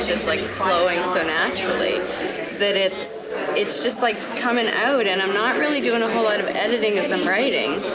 just like flowing so naturally that it's it's just like coming out and i'm not really doing a whole lot of editing as i'm writing.